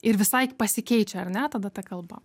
ir visai pasikeičia ar ne tada ta kalba